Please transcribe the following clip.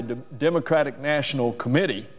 the democratic national committee